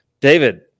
David